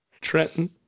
Trenton